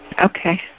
Okay